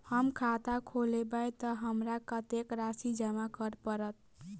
हम खाता खोलेबै तऽ हमरा कत्तेक राशि जमा करऽ पड़त?